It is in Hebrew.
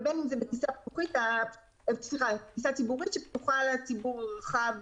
ובין אם זה בטיסה ציבורית שפתוחה לציבור הרחב